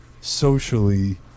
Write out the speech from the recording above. socially